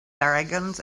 dragons